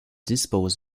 dispose